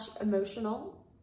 emotional